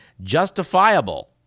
justifiable